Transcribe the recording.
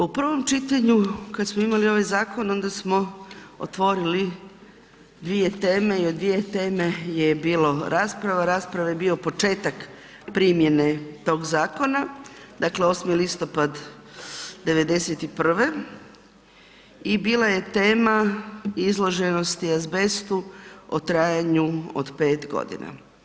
U prvom čitanju kad smo imali ovaj zakon onda smo otvorili dvije teme i o dvije teme je bila rasprava, rasprava je bio početak primjene tog zakona, dakle, 8. listopada 91. i bila je tema izloženosti azbestu o trajanju od 5 godina.